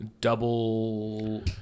Double